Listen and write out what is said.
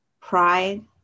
pride